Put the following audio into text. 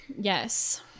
Yes